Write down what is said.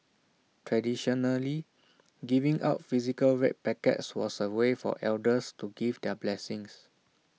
traditionally giving out physical red packets was A way for elders to give their blessings